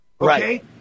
okay